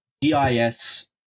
GIS